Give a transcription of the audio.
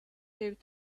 taped